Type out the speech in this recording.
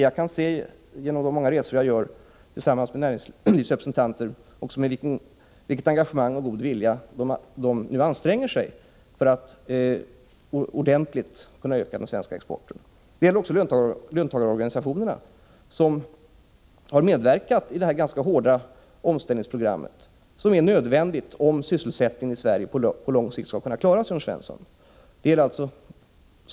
Jag kan se, genom de många resor jag gör tillsammans med näringslivsrepresentanter, med vilket engagemang och med vilken god vilja näringslivet nu anstränger sig för att ordentligt kunna öka den svenska exporten. Det gäller också löntagarorganisationerna, som har medverkat i det ganska hårda omställningsprogram som är nödvändigt om sysselsättningen i Sverige skall kunna klaras på lång sikt, Jörn Svensson.